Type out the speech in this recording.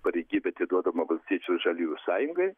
pareigybė atiduodama valstiečių ir žaliųjų sąjungai